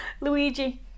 Luigi